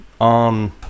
on